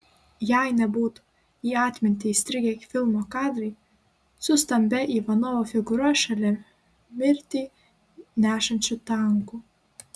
jei nebūtų į atmintį įstrigę filmo kadrai su stambia ivanovo figūra šalia mirtį nešančių tankų